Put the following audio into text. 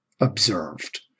observed